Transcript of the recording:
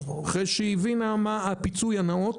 אחרי שהיא הבינה מה הפיצוי הנאות,